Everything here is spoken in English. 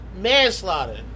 manslaughter